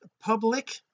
public